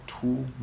two